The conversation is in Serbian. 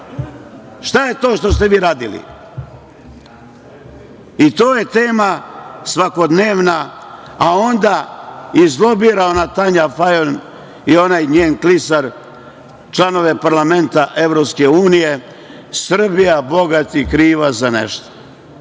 Šta je to što ste vi radili? I to je svakodnevna tema, a onda izlobira ona Tanja Fajon i onaj njen klisar članove Parlamenta EU – bogati, Srbija kriva za nešto.